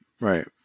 Right